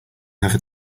never